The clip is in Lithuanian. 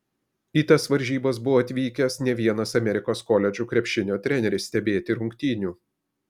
į tas varžybas buvo atvykęs ne vienas amerikos koledžų krepšinio treneris stebėti rungtynių